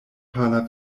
pala